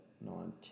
nine